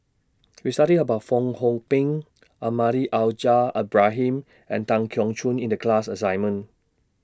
We studied about Fong Hoe Beng Almahdi Al Haj Ibrahim and Tan Keong Choon in The class assignment